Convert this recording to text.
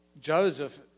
Joseph